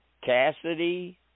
Cassidy